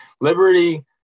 Liberty